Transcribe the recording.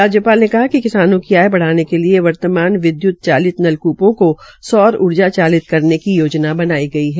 राज्यपाल ने कहा कि किसानों का आय बढ़ाने के लिये वर्तमान विद्य्त चलित नलकूपों को सौर ऊर्जा चालित करने की योजना बनाई है